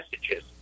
messages